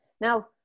now